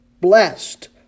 blessed